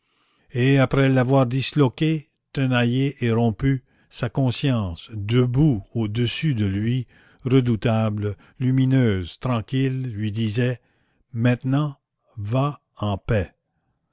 et après l'avoir disloqué tenaillé et rompu sa conscience debout au-dessus de lui redoutable lumineuse tranquille lui disait maintenant va en paix